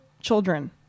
children